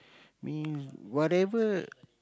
means whatever